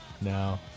No